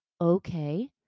okay